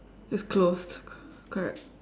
it's closed correct